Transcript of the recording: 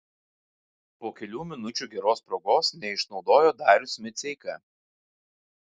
po kelių minučių geros progos neišnaudojo darius miceika